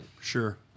Sure